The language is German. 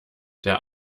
der